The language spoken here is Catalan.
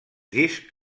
discs